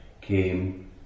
came